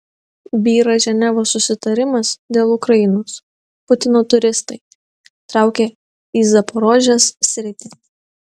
byra ženevos susitarimas dėl ukrainos putino turistai traukia į zaporožės sritį